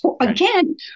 again